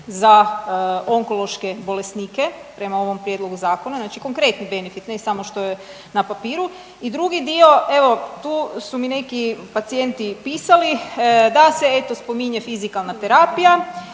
za onkološke bolesnike prema ovom prijedlogu zakona, znači konkretni benefit ne samo što je na papiru i drugi dio, evo tu su mi neki pacijenti pisali da se eto spominje fizikalna terapija,